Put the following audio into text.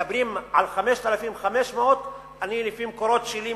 מדברים על 5,500. לפי המקורות שלי,